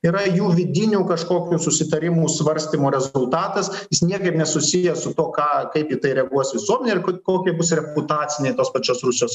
yra jų vidinių kažkokių susitarimų svarstymų rezultatas jis niekaip nesusijęs su tuo ką kaip į tai reaguos visuomenė ir kokie bus reputaciniai tos pačios rusijos